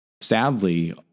Sadly